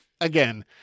Again